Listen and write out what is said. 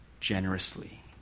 generously